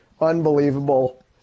unbelievable